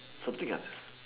something